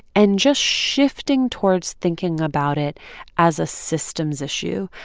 and just shifting towards thinking about it as a systems issue,